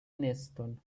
neston